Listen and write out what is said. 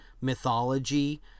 mythology